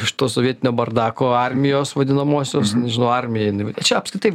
iš to sovietinio bardako armijos vadinamosios nežinau armijai čia apskritai